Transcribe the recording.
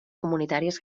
comunitàries